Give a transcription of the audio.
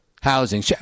housing